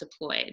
deployed